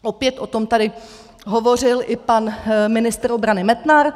Opět o tom tady hovořil i pan ministr obrany Metnar.